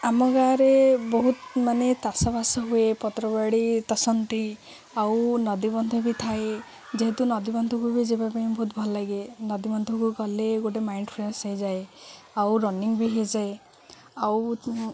ଆମ ଗାଁରେ ବହୁତ ମାନେ ତାଷବାସ ହୁଏ ପତ୍ରବାଡ଼ି ତାଷନ୍ତି ଆଉ ନଦୀ ବନ୍ଧ ବି ଥାଏ ଯେହେତୁ ନଦୀ ବନ୍ଧକୁ ବି ଯିବା ପାଇଁ ବହୁତ ଭଲ ଲାଗେ ନଦୀ ବନ୍ଧକୁ ଗଲେ ଗୋଟେ ମାଇଣ୍ଡ ଫ୍ରେଶ ହୋଇଯାଏ ଆଉ ରନିଂ ବି ହୋଇଯାଏ ଆଉ